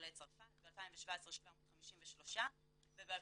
עולי צרפת, ב-2017 753 וב-2018,